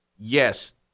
Yes